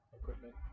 equipment